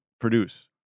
produce